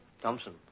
Thompson